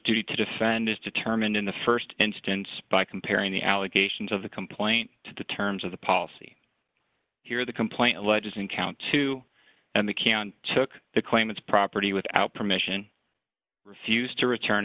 to to defend is determined in the st instance by comparing the allegations of the complaint to the terms of the policy here the complaint alleges in count two and they can't took the claimants property without permission refused to return